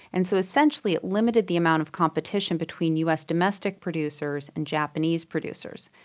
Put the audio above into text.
and so essentially it limited the amount of competition between us domestic producers and japanese producers.